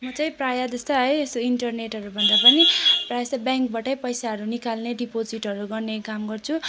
म चाहिँ प्रायःजस्तो है त्यो इन्टरनेटहरूभन्दा पनि प्रायःजस्तो ब्याङ्कबाटै पैसाहरू निकाल्ने डिपोजिटहरू गर्ने काम गर्छु